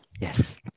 Yes